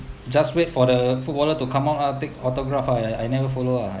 just wait for the food water to come out lah take autograph I I never follow